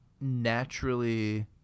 naturally